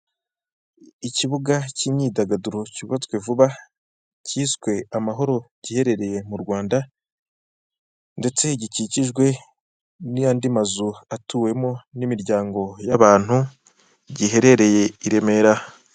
Ikibuga cy'imyidagaduro cyubatswe vuba, cyiswe Amahoro, giherereye mu Rwanda, ndetse gikikijwe n'andi mazu atuwemo n'imiryango y'abantu, giherereye i Remera.